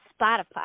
Spotify